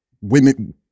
women